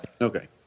Okay